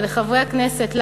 ולחברי הכנסת,